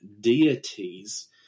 deities